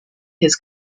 his